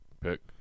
pick